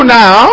now